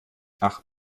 ach